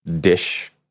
dish